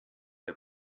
der